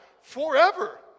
forever